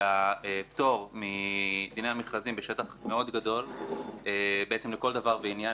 הפטור מדיני המכרזים בשטח מאוד גדול לכל דבר וענין,